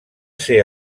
ser